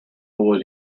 was